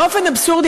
באופן אבסורדי,